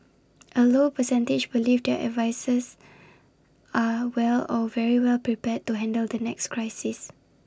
A low percentage believe their advisers are well or very well prepared to handle the next crisis